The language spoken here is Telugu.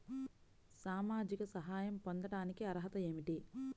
సామాజిక సహాయం పొందటానికి అర్హత ఏమిటి?